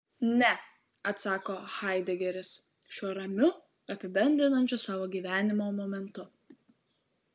ne atsako haidegeris šiuo ramiu apibendrinančiu savo gyvenimo momentu